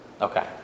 Okay